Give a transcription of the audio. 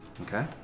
Okay